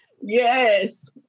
Yes